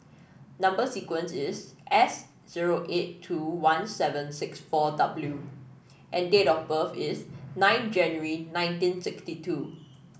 number sequence is S zero eight two one seven six four W and date of birth is nine January nineteen sixty two